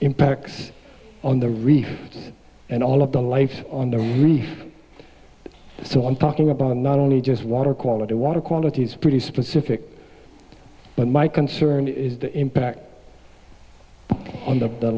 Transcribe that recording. impacts on the reefs and all of the life on the reef so i'm talking about not only just water quality water quality is pretty specific but my concern is the impact on the the